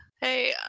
hey